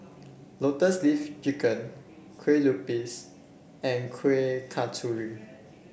Lotus Leaf Chicken Kue Lupis and Kuih Kasturi